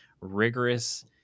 rigorous